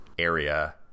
area